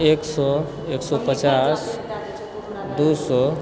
एक सए एक सए पचास दू सए